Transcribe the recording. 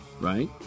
right